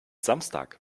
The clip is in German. samstag